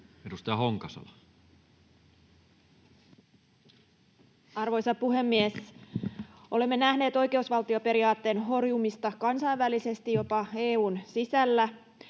17:46 Content: Arvoisa puhemies! Olemme nähneet oikeusvaltioperiaatteen horjumista kansainvälisesti jopa EU:n sisällä.